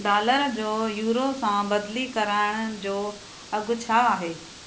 dollar जो euro सां बदिली कराइण जो अघु छा आहे